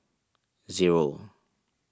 zero